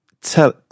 tell